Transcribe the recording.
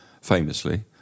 famously